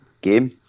game